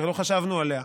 ולא חשבנו עליה.